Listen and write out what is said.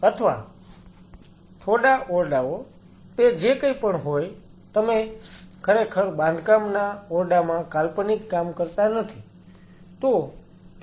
અથવા થોડા ઓરડાઓ તે જે કંઈક પણ હોય તમે ખરેખર બાંધકામના ઓરડામાં કાલ્પનિક કામ કરતા નથી